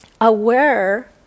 aware